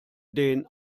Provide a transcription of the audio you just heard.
den